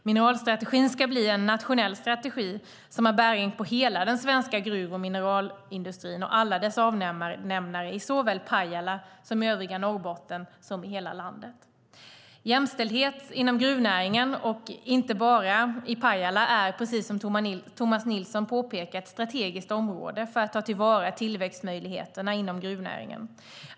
Mineralstrategin ska bli en nationell strategi som har bäring på hela den svenska gruv och mineralindustrin och alla dess avnämare, i såväl Pajala och övriga Norrbotten som i hela landet. Jämställdhet inom gruvnäringen - och inte bara i Pajala - är, precis som Tomas Nilsson påpekar, ett strategiskt område för att ta till vara tillväxtmöjligheterna inom gruvnäringen.